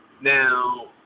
Now